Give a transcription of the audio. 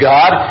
God